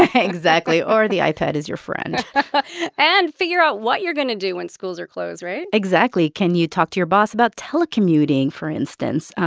ah exactly. or the ipad is your friend and figure out what you're going to do when schools are closed, right? exactly. can you talk to your boss about telecommuting, for instance?